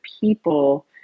people